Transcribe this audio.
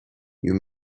you